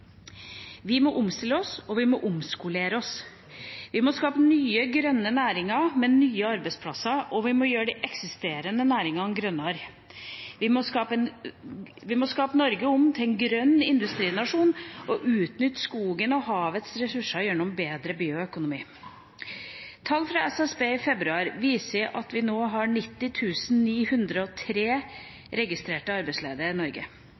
Vi må omstille oss, og vi må omskolere oss. Vi må skape nye grønne næringer med nye arbeidsplasser, og vi må gjøre de eksisterende næringene grønnere. Vi må skape Norge om til en grønn industrinasjon og utnytte skogen og havets ressurser gjennom bedre bioøkonomi. Tall fra SSB i februar viser at vi nå har